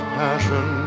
passion